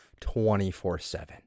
24-7